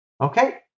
Okay